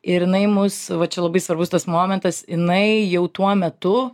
ir jinai mus va čia labai svarbus tas momentas jinai jau tuo metu